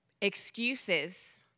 excuses